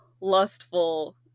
lustful